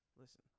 listen